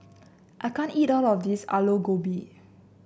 I can't eat all of this Aloo Gobi